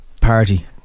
party